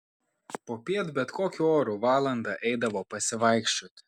popiet bet kokiu oru valandą eidavo pasivaikščioti